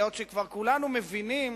היות שכולנו מבינים